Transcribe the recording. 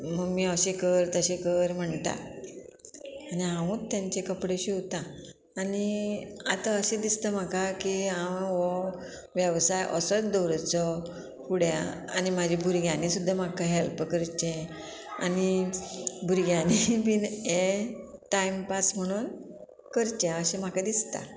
mummy अशें कर तशें कर म्हणटा आनी हांवूच तेंचे कपडे शिंवता आनी आतां अशें दिसता म्हाका की हांव हो वेवसाय असोच दवरुचो फुड्या आनी म्हाज्या भुरग्यांनी सुद्दां म्हाका हेल्प करचें आनी भुरग्यांनी बीन हें टायमपास म्हणून करचें अशें म्हाका दिसता